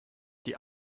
die